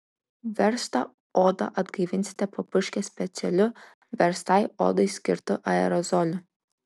verstą odą atgaivinsite papurškę specialiu verstai odai skirtu aerozoliu